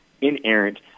inerrant